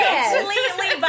completely